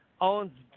owns